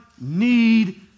need